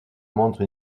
montre